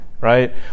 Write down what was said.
right